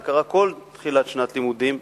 זה קרה בכל תחילת שנת לימודים,